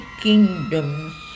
kingdoms